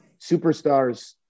Superstars